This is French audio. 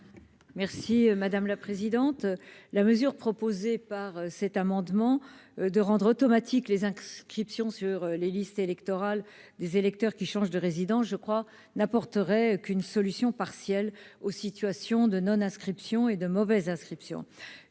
Merci madame la présidente, la mesure proposée par cet amendement de rendre automatique les inscriptions sur les listes électorales des électeurs qui change de résidence, je crois, n'apporterait qu'une solution partielle aux situations de non-inscription et de mauvaise inscription